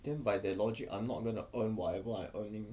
then by that logic I'm not gonna earn whatever I earning